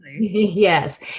yes